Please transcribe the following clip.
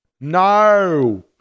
No